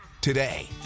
today